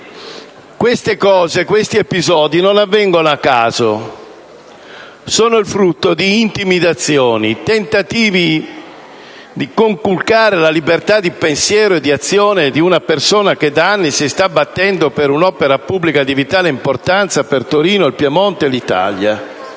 questi episodi non avvengono a caso ma: sono il frutto di intimidazioni e tentativi di conculcare la libertà di pensiero e di azione di una persona che da anni si sta battendo per un'opera pubblica di vitale importanza per Torino, il Piemonte e l'Italia